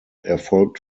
erfolgt